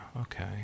Okay